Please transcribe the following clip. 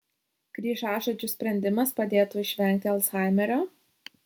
kryžiažodžių sprendimas padėtų išvengti alzhaimerio